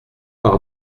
par